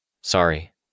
Sorry